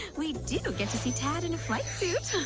we go get to be tired in a flight suit